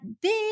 big